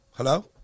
Hello